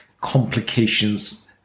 complications